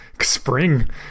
Spring